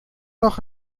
noch